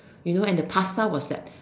you know and the pasta was like